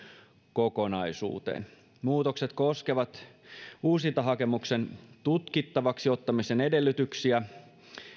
kokonaisuuteen muutokset koskevat uusintahakemuksen tutkittavaksi ottamisen edellytyksiä